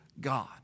God